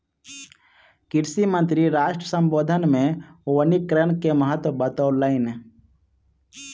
कृषि मंत्री राष्ट्र सम्बोधन मे वनीकरण के महत्त्व बतौलैन